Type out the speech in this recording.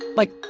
like,